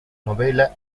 novela